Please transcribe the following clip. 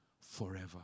forever